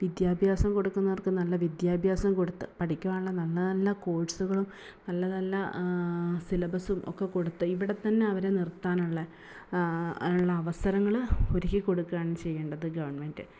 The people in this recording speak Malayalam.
വിദ്യാഭ്യാസം കൊടുക്കുന്നവർക്ക് നല്ല വിദ്യാഭ്യാസം കൊടുത്ത് പഠിക്കുവാനുള്ള നല്ല നല്ല കോഴ്സുകളും നല്ല നല്ല സിലബസും ഒക്കെ കൊടുത്ത് ഇവിടെത്തന്നെ അവരെ നിർത്താനുള്ള ഉള്ള അവസരങ്ങൾ ഒരുക്കി കൊടുക്കുകയാണ് ചെയ്യേണ്ടത് ഗവണ്മെൻറ്റ്